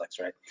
right